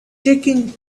taking